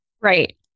Right